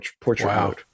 portrait